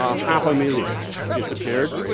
ah half a million disappeared.